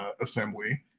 assembly